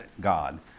God